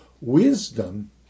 wisdom